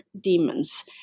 demons